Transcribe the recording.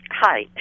Hi